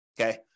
Okay